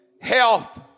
health